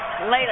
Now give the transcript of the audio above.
Later